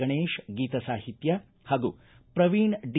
ಗಣೇಶ್ ಗೀತ ಸಾಹಿತ್ಯ ಹಾಗೂ ಪ್ರವೀಣ್ ಡಿ